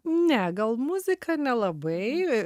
ne gal muzika nelabai